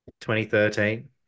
2013